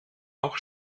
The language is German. auch